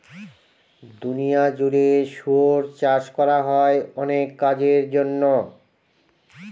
দুনিয়া জুড়ে শুয়োর চাষ করা হয় অনেক কাজের জন্য